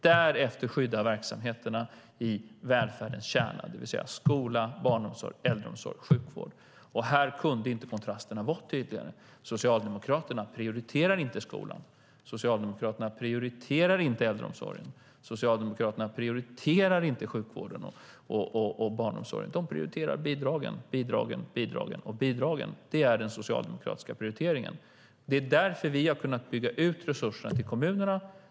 Därefter skyddar vi verksamheterna i välfärdens kärna, det vill säga skola, barnomsorg, äldreomsorg och sjukvård. Här kan inte kontrasterna vara tydligare. Socialdemokraterna prioriterar inte skolan. Socialdemokraterna prioriterar inte äldreomsorgen. Socialdemokraterna prioriterar inte sjukvården och barnomsorgen. De prioriterar bidragen, bidragen, bidragen och bidragen. Det är den socialdemokratiska prioriteringen. Det är därför vi har kunnat bygga ut resurserna till kommunerna.